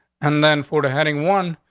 and then for the heading one.